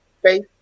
Faith